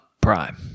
Prime